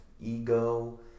ego